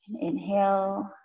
inhale